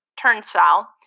turnstile